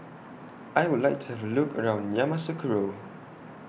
I Would like to Have A Look around Yamoussoukro